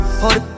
hold